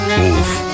Move